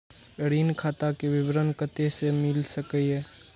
ऋण खाता के विवरण कते से मिल सकै ये?